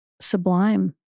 sublime